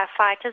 firefighters